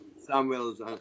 Samuel's